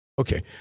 Okay